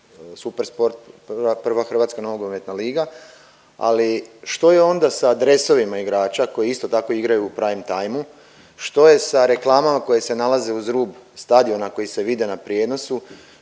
Super sport prva hrvatska nogometna liga, ali što je onda sa dresovima igrača koji isto tako igraju u prime timeu, što je sa reklamama koje se nalaze uz rub stadiona koji se vide na prijenosu,